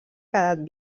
quedat